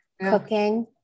cooking